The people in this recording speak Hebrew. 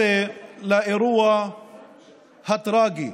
חבריי חברי הכנסת,